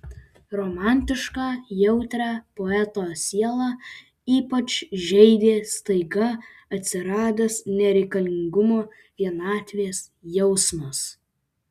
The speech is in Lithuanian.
romantišką jautrią poeto sielą ypač žeidė staiga atsiradęs nereikalingumo vienatvės jausmas